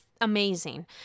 amazing